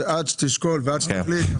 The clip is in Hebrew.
עד שתשקול ועד שתחליט,